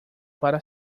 para